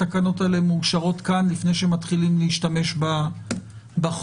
התקנות האלה מאושרות כאן לפני שמתחילים להשתמש בחוק,